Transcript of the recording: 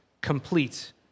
complete